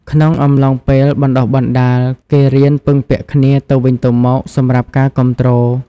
ក្នុងអំឡុងពេលបណ្តុះបណ្តាល គេរៀនពឹងពាក់គ្នាទៅវិញទៅមកសម្រាប់ការគាំទ្រ។